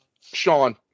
Sean